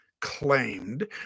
claimed